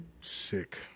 Sick